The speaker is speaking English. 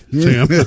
Sam